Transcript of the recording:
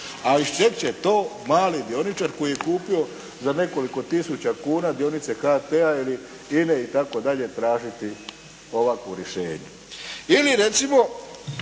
A iz čeg će to mali dioničar koji je kupio za nekoliko tisuća kuna dionice HT-a ili INA-e itd., tražiti ovakvo rješenje.